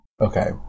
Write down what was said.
Okay